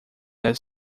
their